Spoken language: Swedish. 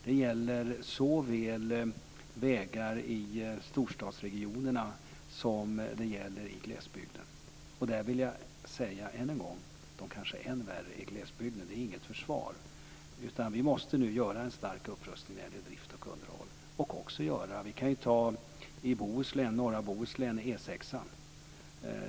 Det gäller vägar såväl i storstadsregionerna som i glesbygden, och jag vill än en gång säga att det kanske är än värre i glesbygden. Det är inte något försvar. Vi måste nu göra en stark upprustning när det gäller drift och underhåll. Ta E 6:an i norra Bohuslän.